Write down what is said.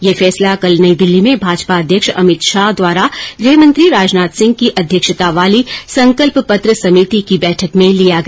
यह फैसला कल नई दिल्ली में भाजपा अध्यक्ष अमित शाह द्वारा गृहमंत्री राजनाथ सिंह की अध्यक्षता वाली संकल्प पत्र समिति की बैठक में लिया गया